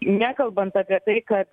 nekalbant apie tai kad